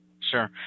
sure